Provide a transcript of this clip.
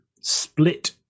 split